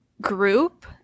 group